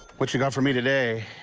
what you got for me today?